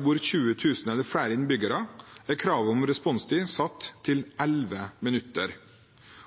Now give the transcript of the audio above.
bor 20 000 eller flere innbyggere, er kravet om responstid satt til 11 minutter.